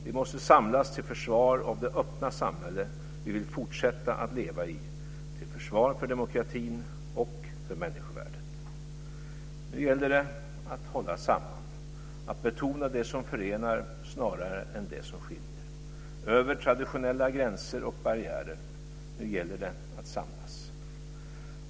Vi måste samlas till försvar av det öppna samhälle vi vill fortsätta att leva i, till försvar av demokratin och av människovärdet. Nu gäller det att hålla samman, att betona det som förenar snarare än det som skiljer. Över traditionella gränser och barriärer - nu gäller det att samlas.